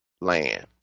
land